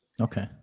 Okay